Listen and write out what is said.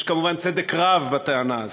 יש, כמובן, צדק בטענה הזו,